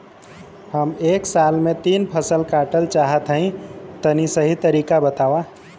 हम एक साल में तीन फसल काटल चाहत हइं तनि सही तरीका बतावा?